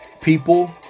people